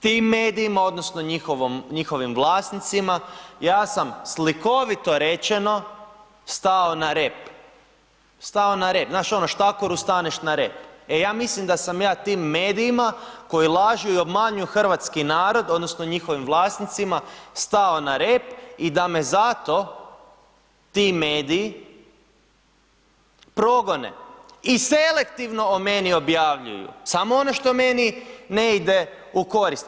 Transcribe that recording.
Tim medijima odnosno njihovim vlasnicima ja sam slikovito rečeno, stao na rep, znaš ono, štakoru staneš na rep, e ja mislim da sam ja tim medijima koji lažu i obmanjuju hrvatski narod odnosno njihovim vlasnicima stao na rep i da me zato ti mediji progone i selektivno o meni objavljuju, samo ono što meni ne ide u korist.